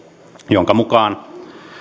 jonka mukaan